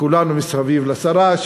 כולנו מסביב לשרה,